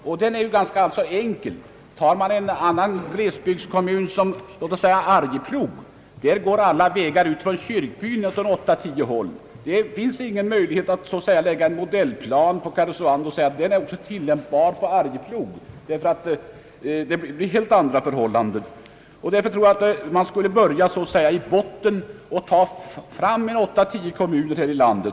Tar man i stället t.ex. Arjeplog, finner man att alla vägar går ut från kyrkbyn åt åtta, tio håll. Det finns ingen möjlighet att någon modellplan på Karesuando skulle vara tillämpbar på Arjeplog, där det är helt andra förhållanden. Man borde i stället börja så att säga i botten med en åtta eller tio kommuner här i landet.